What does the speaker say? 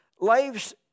lives